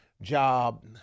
job